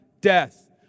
death